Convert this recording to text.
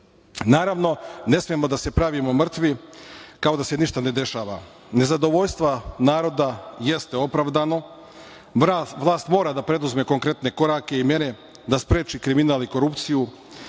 Naravno, ne smemo da se pravimo mrtvi, kao da se ništa ne dešava. Nezadovoljstvo naroda jeste opravdano. Vlast mora da preduzme konkretne korake i mere da spreči kriminal i korupciju.